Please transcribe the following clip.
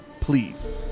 Please